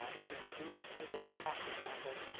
and you might think of one last example.